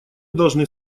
должны